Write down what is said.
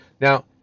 Now